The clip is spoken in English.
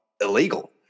illegal